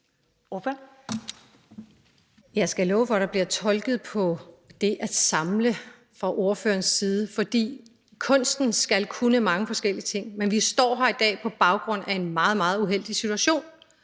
Jeg skal love for, at der bliver tolket på det at samle fra ordførerens side, for kunsten skal kunne mange forskellige ting, men vi står her i dag på baggrund af en meget, meget uheldig situation.